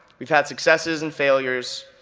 we've had successes and failures,